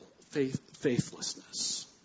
faithlessness